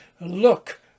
look